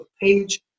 page